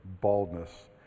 baldness